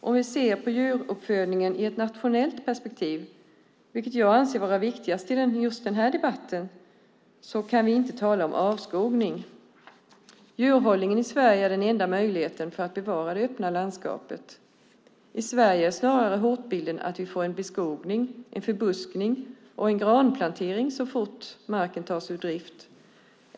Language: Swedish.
Om vi ser på djuruppfödningen i ett nationellt perspektiv, vilket jag anser vara riktigast just i denna debatt, kan vi inte tala om avskogning. Djurhållningen i Sverige är den enda möjligheten för att bevara det öppna landskapet. I Sverige är snarare hotbilden att vi får en beskogning, en förbuskning och en granplantering så fort markerna tas ur drift.